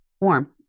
warm